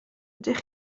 ydych